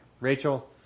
Rachel